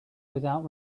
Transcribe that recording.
without